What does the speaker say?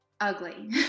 ugly